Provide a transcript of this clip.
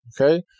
Okay